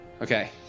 Okay